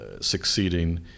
succeeding